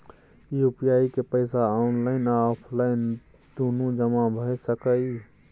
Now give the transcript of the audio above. UPI के पैसा online आ ऑफलाइन दुनू जमा भ सकै इ?